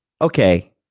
okay